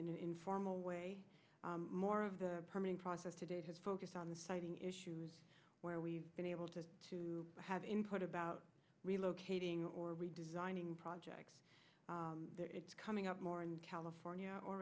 in an informal way more of the permitting process today has focused on the siting issues where we've been able to to have input about relocating or redesigning projects it's coming up more in california